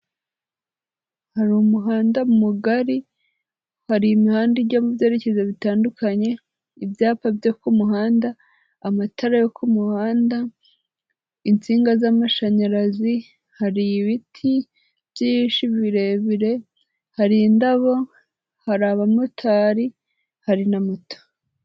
Hari umuhanda mugari, hari imihanda ijya mu byerekezo bitandukanye, ibyapa byo ku muhanda, amatara yo ku muhanda, insinga z'amashanyarazi, hari ibiti byinshi birebire, hari indabo, hari abamotari, hari n'amoto.